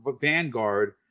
vanguard